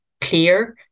clear